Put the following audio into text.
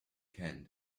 can